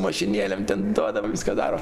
mašinėlėm ten duoda viską daro